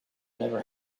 never